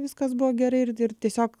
viskas buvo gerai ir ir tiesiog